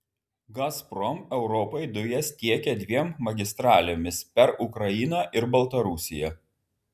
gazprom europai dujas tiekia dviem magistralėmis per ukrainą ir baltarusiją